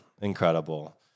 Incredible